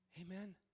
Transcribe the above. Amen